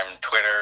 twitter